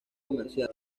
comercial